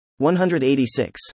186